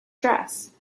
dress